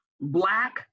black